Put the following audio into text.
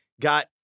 got